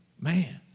man